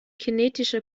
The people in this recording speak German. kinetische